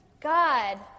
God